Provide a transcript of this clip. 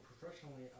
professionally